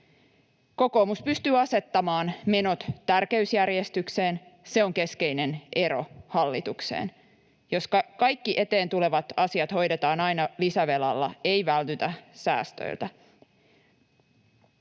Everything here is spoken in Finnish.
Kokoomus pystyy asettamaan menot tärkeysjärjestykseen. Se on keskeinen ero hallitukseen. Jos kaikki eteen tulevat asiat hoidetaan aina lisävelalla, ei vältytä säästöiltä.